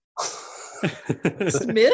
smith